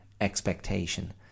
expectation